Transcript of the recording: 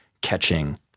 catching